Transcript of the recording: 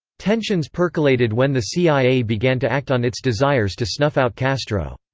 tensions percolated when the cia began to act on its desires to snuff out castro.